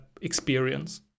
experience